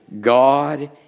God